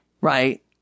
right